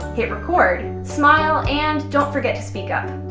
hit record, smile and don't forget to speak up.